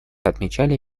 отмечали